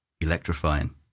Electrifying